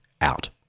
out